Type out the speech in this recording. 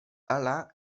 alain